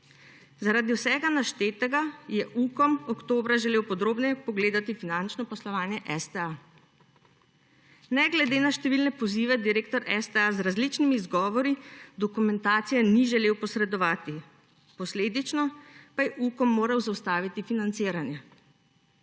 Zaradi vsega naštetega je Ukom oktobra želel podrobneje pogledati finančno poslovanje STA. Ne glede na številne pozive direktor STA z različnimi izgovori dokumentacije ni želel posredovati. Posledično pa je Ukom moral zaustaviti financiranje.